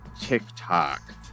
TikTok